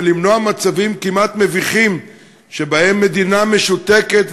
ולמנוע מצבים כמעט מביכים שבהם המדינה משותקת,